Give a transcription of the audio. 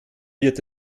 wird